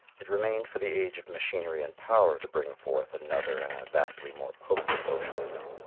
it remained for the age of machinery and power to bring forth another and a vastly more potent socialism.